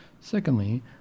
Secondly